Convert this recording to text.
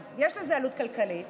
אז יש לזה עלות כלכלית